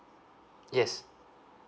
yes